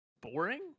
boring